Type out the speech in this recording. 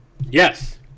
Yes